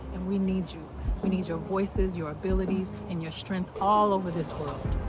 and we need you. we need your voices, your abilities, and your strength all over this world.